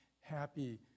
happy